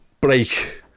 Break